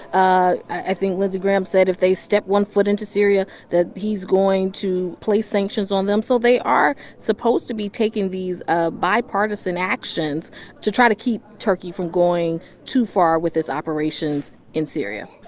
ah i think lindsey graham said if they step one foot into syria that he's going to place sanctions on them. so they are supposed to be taking these ah bipartisan actions to try to keep turkey from going too far with its operations in syria